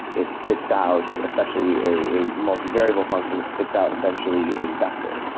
it spits out, especially a multivariable function, it spits out essentially a vector,